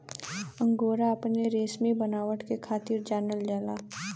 angora अपने रेसमी बनावट के खातिर जानल जाला